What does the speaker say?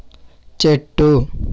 చెట్టు